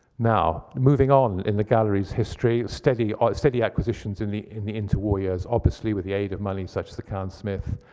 now, moving on in the gallery's history, steady ah steady acquisitions in the in the inter-war years, obviously with the aid of money such as the cowan smith.